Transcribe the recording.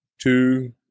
two